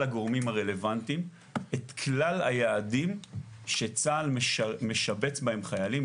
הגורמים הרלוונטיים את כלל היעדים שצה"ל משבץ בהם חיילים,